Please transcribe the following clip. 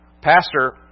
Pastor